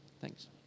Thanks